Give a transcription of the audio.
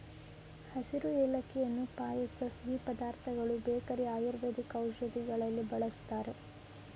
ಹಸಿರು ಏಲಕ್ಕಿಯನ್ನು ಪಾಯಸ ಸಿಹಿ ಪದಾರ್ಥಗಳು ಬೇಕರಿ ಆಯುರ್ವೇದಿಕ್ ಔಷಧಿ ಬಳ್ಸತ್ತರೆ